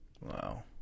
Wow